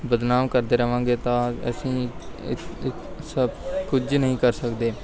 ਬਦਨਾਮ ਕਰਦੇ ਰਹਾਂਗੇ ਤਾਂ ਅਸੀਂ ਕੁਝ ਨਹੀਂ ਕਰ ਸਕਦੇ